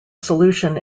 solution